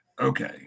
okay